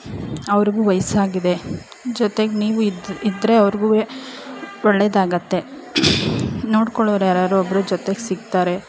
ಅವ್ರಿಗೂ ವಯಸ್ಸಾಗಿದೆ ಜೊತೆಗೆ ನೀವು ಇದು ಇದ್ದರೆ ಅವ್ರಿಗೂ ಒಳ್ಳೆಯದಾಗತ್ತೆ ನೋಡ್ಕೊಳ್ಳೋರು ಯಾರಾದ್ರು ಒಬ್ಬರು ಜೊತೆಗೆ ಸಿಗ್ತಾರೆ